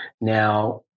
Now